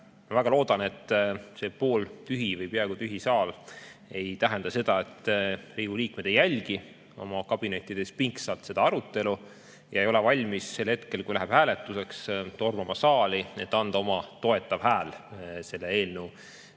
Väga loodan, et see pooltühi või peaaegu tühi saal ei tähenda seda, et Riigikogu liikmed ei jälgi oma kabinettides pingsalt seda arutelu ja ei ole valmis sel hetkel, kui läheb hääletuseks, tormama saali, et anda oma toetav hääl selle eelnõu